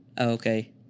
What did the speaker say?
Okay